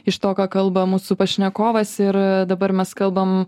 iš to ką kalba mūsų pašnekovas ir dabar mes kalbam